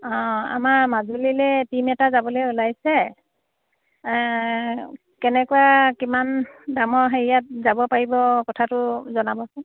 অঁ আমাৰ মাজুলীলৈ টিম এটা যাবলৈ ওলাইছে কেনেকুৱা কিমান দামৰ হেৰিয়াত যাব পাৰিব কথাটো জনাবচোন